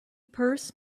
purse